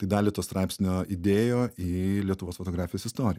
tai dalį to straipsnio įdėjo į lietuvos fotografijos istoriją